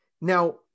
Now